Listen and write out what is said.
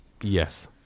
yes